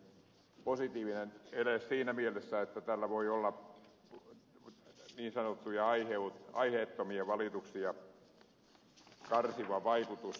tämä on positiivinen ele siinä mielessä että tällä voi olla niin sanottuja aiheettomia valituksia karsiva vaikutus